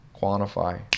quantify